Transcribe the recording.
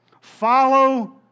Follow